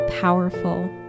powerful